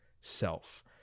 self